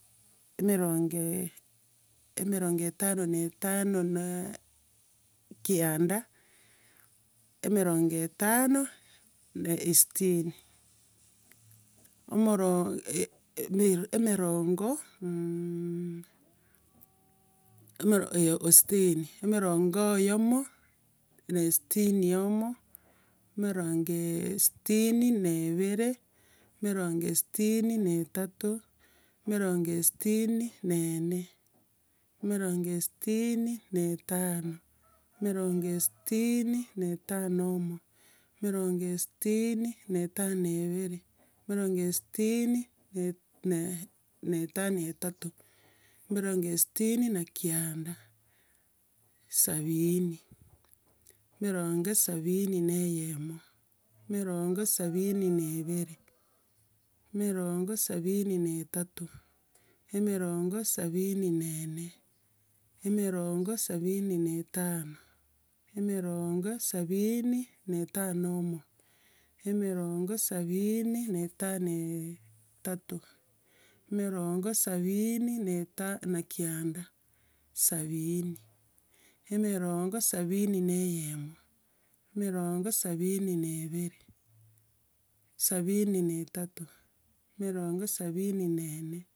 Emerongo emerongo na etano na etano na kianda, emerongo etano na esitini. Omoro- e- e na eria emerongo eh o esitini, emerongo oyomo na esitini omo, emerongo sitini na ibere, emerongo esitini na etato, emeronge esitini na ene emerongo esitini na etano emerongo esitini na etano oyomo, emerongo esitini na etano ibere, emerongo esitini na etano etato, emerongo esitini na kianda sabiini. Emerongo sabiini na eyemo, emerongo sabiini na ibere, emerongo sabini na etato, emerongo sabiini na ene, emerongo sabiini na etano, emerongo sabiini na etano omo, emerongo sabiini na etano etato, emerongo sabiini na eta na kianda. Sabiini, emerongo sabiini na eyemo, emerongo sabiini na ibere, sabiini na etato, emerongo sabiini na ene.